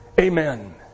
Amen